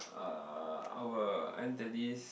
uh our there was this